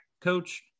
coach